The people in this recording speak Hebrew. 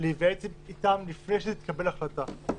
להיוועץ איתם לפני שמתקבלת החלטה.